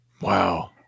Wow